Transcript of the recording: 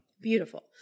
Beautiful